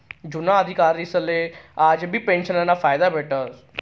जुना अधिकारीसले आजबी पेंशनना फायदा भेटस